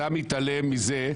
אחמד, אתה מתעלם מזה,